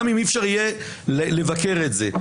גם אם אי-אפשר יהיה לבקר את זה.